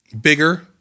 bigger